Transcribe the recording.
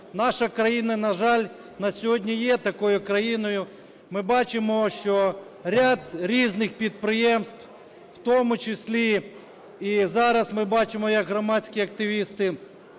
наша країна, на жаль, на сьогодні є такою країною. Ми бачимо, що ряд різних підприємств, у тому числі і зараз ми бачимо, як громадські активісти